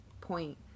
point